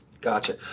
Gotcha